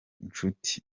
inshuti